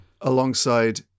alongside